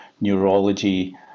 neurology